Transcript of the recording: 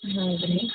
ಹೌದ್ರಿ